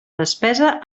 despesa